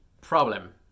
problem